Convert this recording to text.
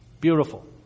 Beautiful